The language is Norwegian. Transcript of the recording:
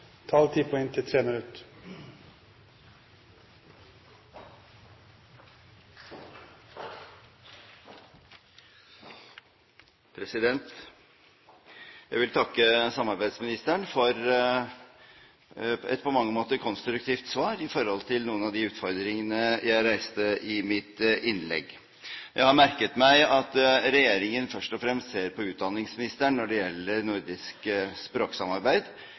Jeg vil takke samarbeidsministeren for et på mange måter konstruktivt svar på noen av de utfordringene jeg reiste i mitt innlegg. Jeg har merket meg at regjeringen først og fremst ser til utdanningsministeren når det gjelder nordisk språksamarbeid.